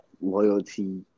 loyalty